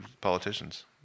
Politicians